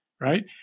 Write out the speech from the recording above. right